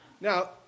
Now